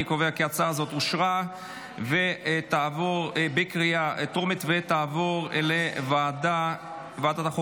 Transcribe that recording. אני קובע כי ההצעה הזאת אושרה בקריאה טרומית ותעבור לוועדת החוקה,